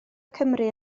cymru